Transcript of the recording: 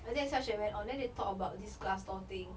after that xia xue went on and they talk about this glass door thing